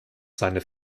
seine